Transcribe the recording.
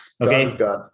okay